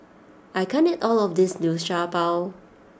I can't eat all of this Liu Sha Bao